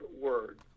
word